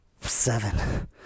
seven